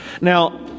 Now